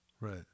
Right